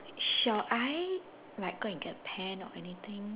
shall I like go and get a pen or anything